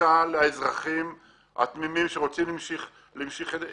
גישה לאזרחים התמימים שרוצים להמשיך לחיות.